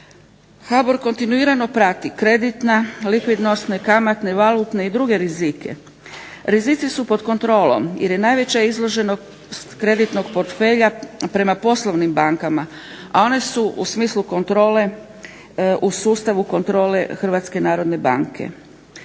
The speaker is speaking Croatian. HBOR kontinuirano prati kreditna, likvidonosne, kamatne, valutne i druge rizike. Rizici su pod kontrolom, jer je najveća izloženost kreditnog portfelja prema poslovnim bankama, a one su u smislu kontrole u sustavu kontrole Hrvatske narodne banke.